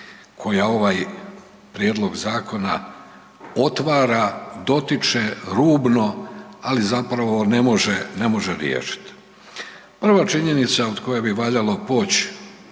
koja ovaj prijedlog zakona otvara, dotiče rubno, ali zapravo ne može, ne može riješit. Prva činjenica od koje bi valjalo poć